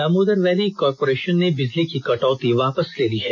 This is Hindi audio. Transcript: दामोदर वैली कॉरपोरेषन ने बिजली की कटौती वापस ले ली है